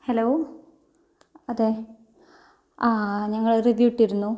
hello അതെ ആ ആ ഞങ്ങൾ ഇട്ടിരുന്നു